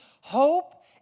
hope